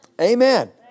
Amen